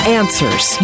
answers